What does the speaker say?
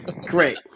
Great